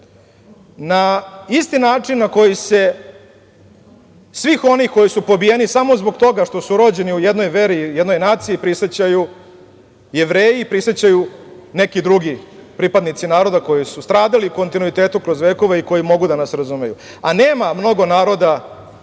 na isti način na koji se svih onih koji su pobijeni samo zbog toga što su rođeni u jednoj veri, u jednoj naciji prisećaju Jevreji, prisećaju neki drugi pripadnici naroda koji su stradali u kontinuitetu kroz vekove i koji mogu da nas razumeju. Nema mnogo naroda